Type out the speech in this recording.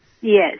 Yes